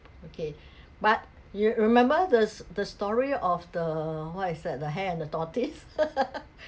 okay but you remember the s~ the story of the what I said the hare and the tortoise